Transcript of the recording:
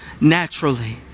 naturally